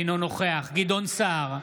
אינו נוכח גדעון סער,